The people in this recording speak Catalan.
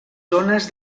zones